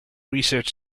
research